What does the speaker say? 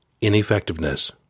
ineffectiveness